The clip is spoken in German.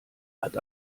hat